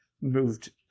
moved